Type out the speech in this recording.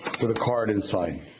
with a card inside.